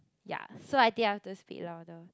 ya so I think I have to speak louder